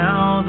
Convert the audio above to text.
Now